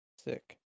Sick